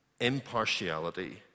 impartiality